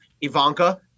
Ivanka